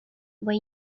were